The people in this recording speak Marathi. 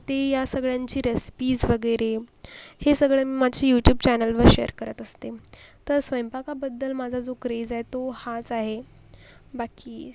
तर ती या सगळ्यांची रेसिपीज वगैरे हे सगळं माझी यूट्यूब चॅनलवर शेअर करत असते तर स्वयंपाकाबद्दल माझा जो क्रेझ आहे तो हाच आहे बाकी